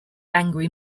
angry